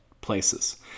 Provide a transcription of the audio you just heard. places